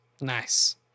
Nice